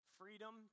freedom